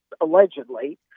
allegedly